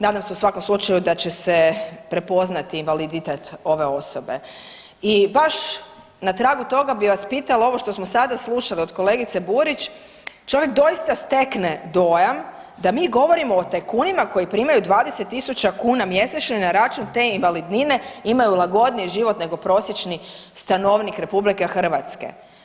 Nadam se u svakom slučaju da će se prepoznati invaliditet ove osobe i baš na tragu toga bi vas pitala ovo što smo sada slušali od kolegice Burić, čovjek doista stekne dojam da mi govorimo o tajkunima koji primaju 20 tisuća kuna mjesečno i na račun te invalidnine imaju lagodniji život nego prosječni stanovnik RH.